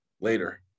later